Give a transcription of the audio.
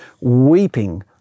weeping